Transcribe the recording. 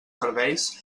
serveis